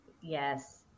Yes